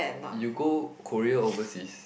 you go Korea overseas